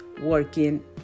working